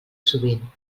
sovint